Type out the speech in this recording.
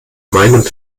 meinem